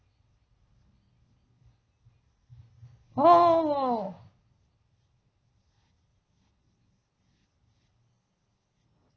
oo